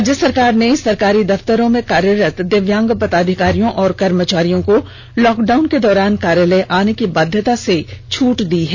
राज्य सरकार ने सरकारी दफ्तरों में कार्यरत दिव्यांग पदाधिकारियों और कर्मचारियों को लॉकडाउन के दौरान कार्यालय आने की बाध्यता से छट दी है